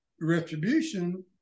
retribution